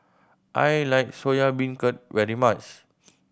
I like Soya Beancurd very much